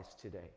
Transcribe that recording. today